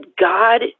God